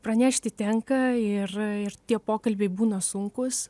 pranešti tenka ir ir tie pokalbiai būna sunkūs